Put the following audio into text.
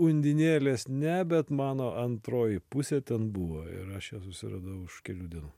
undinėlės ne bet mano antroji pusė ten buvo ir aš ją susiradau už kelių dienų